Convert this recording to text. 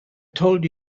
told